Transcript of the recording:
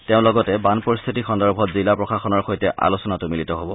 তেওঁ লগতে বান পৰিস্থিতি সন্দৰ্ভত জিলা প্ৰশাসনৰ সৈতে আলোচনাতো মিলিত হ'ব